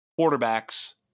quarterbacks